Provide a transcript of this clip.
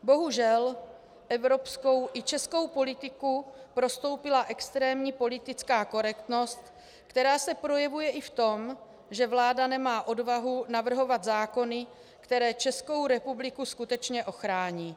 Bohužel, evropskou i českou politiku prostoupila extrémní politická korektnost, která se projevuje i v tom, že vláda nemá odvahu navrhovat zákony, které Českou republiku skutečně ochrání.